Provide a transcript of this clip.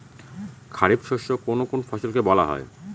খারিফ শস্য কোন কোন ফসলকে বলা হয়?